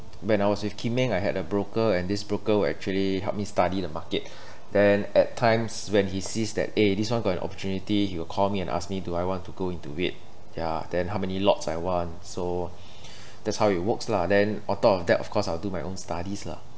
when I was with kim eng I had a broker and this broker will actually help me study the market then at times when he sees that eh this one got an opportunity he will call me and ask me do I want to go into it ya then how many lots I want so that's how it works lah then on top of that of course I'll do my own studies lah